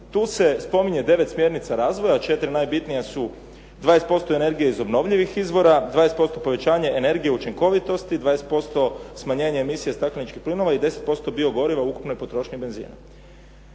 tu se spominje devet smjernica razvoja. Četiri najbitnija su 20% energije iz obnovljivih izvora, 20% povećanje energije učinkovitosti, 20% smanjenje emisije stakleničkih plina i 10% bio goriva u ukupnoj potrošnji benzina.